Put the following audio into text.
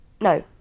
No